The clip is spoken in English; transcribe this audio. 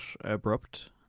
abrupt